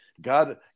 God